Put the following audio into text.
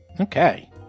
okay